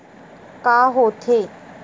का होथे?